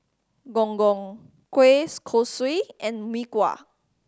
Gong Gong kueh kosui and Mee Kuah